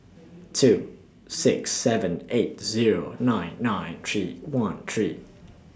two six seven eight Zero nine nine three one three